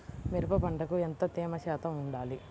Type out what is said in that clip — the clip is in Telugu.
మిరప పంటకు ఎంత తేమ శాతం వుండాలి?